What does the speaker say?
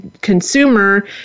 consumer